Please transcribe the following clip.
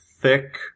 thick